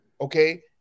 okay